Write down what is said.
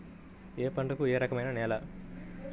ఏ పంటకు ఏ రకమైన నేల?